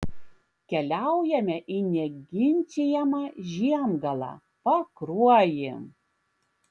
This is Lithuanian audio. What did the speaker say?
keliaujame į neginčijamą žiemgalą pakruojį